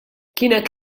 kienet